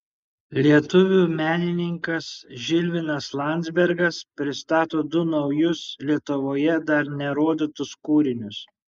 lietuvių menininkas žilvinas landzbergas pristato du naujus lietuvoje dar nerodytus kūrinius